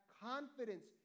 confidence